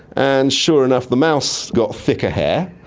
and sure enough the mouse got thicker hair,